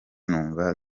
numva